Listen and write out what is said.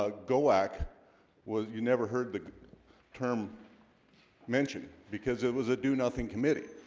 ah go back was you never heard the term mentioned because it was a do-nothing committee